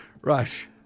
Rush